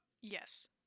Yes